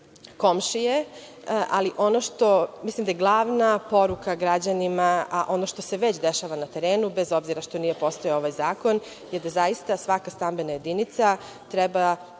komšije, ali ono što mislim da je glavna poruka građanima, a ono što se već dešava na terenu, bez obzira što nije postojao ovaj zakon, je da zaista svaka stambena jedinica treba